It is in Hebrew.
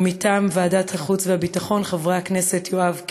מטעם ועדת החוץ והביטחון, חברי הכנסת יואב קיש,